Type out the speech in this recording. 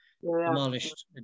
Demolished